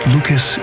Lucas